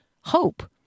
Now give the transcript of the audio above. hope